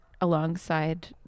alongside